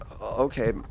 Okay